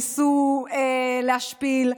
ניסו להשפיל,